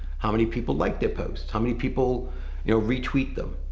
how many people like their posts? how many people you know retweet them?